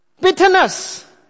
Bitterness